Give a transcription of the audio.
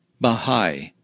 Baha'i